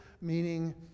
meaning